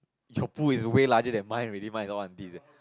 your pool is away larger than mine already mine is all aunties eh